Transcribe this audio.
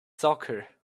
soccer